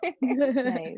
Nice